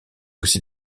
aussi